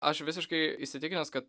aš visiškai įsitikinęs kad